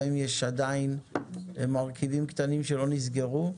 גם אם יש עדיין מרכיבים קטנים שלא נסגרו.